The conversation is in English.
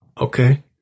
Okay